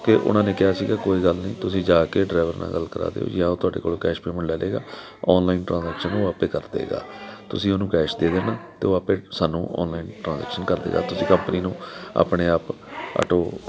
ਕੇ ਉਹਨਾਂ ਨੇ ਕਿਹਾ ਸੀਗਾ ਕੋਈ ਗੱਲ ਨਹੀਂ ਤੁਸੀਂ ਜਾ ਕੇ ਡਰਾਈਵਰ ਨਾਲ ਗੱਲ ਕਰਾ ਦਿਓ ਜਾਂ ਉਹ ਤੁਹਾਡੇ ਕੋਲੋਂ ਕੈਸ਼ ਪੇਮੈਂਟ ਲੈ ਲੇਗਾ ਔਨਲਾਈਨ ਟ੍ਰਾਂਜੈਕਸ਼ਨ ਉਹ ਆਪੇ ਕਰ ਦੇਗਾ ਤੁਸੀਂ ਉਹਨੂੰ ਕੈਸ਼ ਦੇ ਦੇਣਾ ਅਤੇ ਉਹ ਆਪੇ ਸਾਨੂੰ ਔਨਲਾਈਨ ਟ੍ਰਾਂਜੈਕਸ਼ਨ ਕਰ ਦੇਗਾ ਤੁਸੀਂ ਕੰਪਨੀ ਨੂੰ ਆਪਣੇ ਆਪ ਆਟੋ